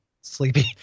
sleepy